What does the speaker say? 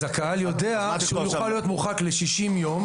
הקהל יודע שהוא יכול להיות מורחק ל-60 יום,